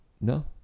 no